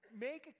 make